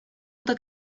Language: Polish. tak